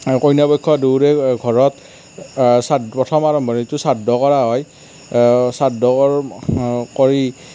আৰু কইনা পক্ষ দুয়োৰে ঘৰত প্ৰথম আৰম্ভণিটো শ্ৰাদ্ধৰে কৰা হয় শ্ৰাদ্ধ কৰি